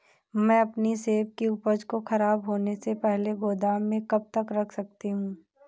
मैं अपनी सेब की उपज को ख़राब होने से पहले गोदाम में कब तक रख सकती हूँ?